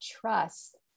trust